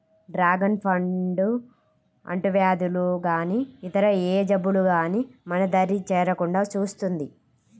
dragon పండు అంటువ్యాధులు గానీ ఇతర ఏ జబ్బులు గానీ మన దరి చేరకుండా చూస్తుంది